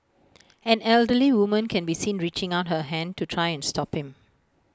an elderly woman can be seen reaching out her hand to try and stop him